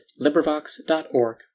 LibriVox.org